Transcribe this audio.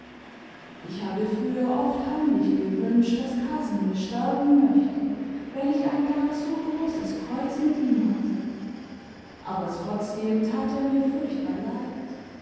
ich habe früher oft heimlich gewünscht daß casimir sterben möchte weil ich ein gar so großes kreuz mit ihm hatte aber trotzdem tat er mir furchtbar leid